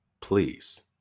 Please